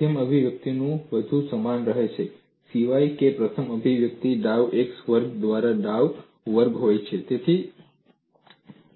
અને મધ્યમ અભિવ્યક્તિ બધું સમાન રહે છે સિવાય કે પ્રથમ અભિવ્યક્તિ ડાઉ x વર્ગ દ્વારા ડાઉ વર્ગ હોય